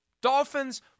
Dolphins